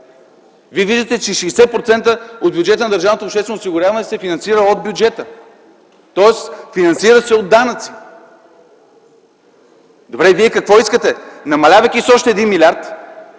Вие виждате, че 60% от бюджета на държавното обществено осигуряване се финансира от бюджета, тоест финансира се от данъци. Добре, вие какво искате - намалявайки с още 1 млрд.,